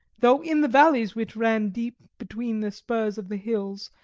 though in the valleys which ran deep between the spurs of the hills,